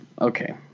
Okay